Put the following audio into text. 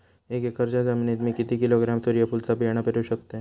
एक एकरच्या जमिनीत मी किती किलोग्रॅम सूर्यफुलचा बियाणा पेरु शकतय?